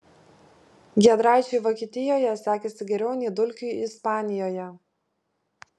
giedraičiui vokietijoje sekėsi geriau nei dulkiui ispanijoje